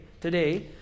today